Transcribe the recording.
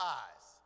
eyes